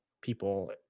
people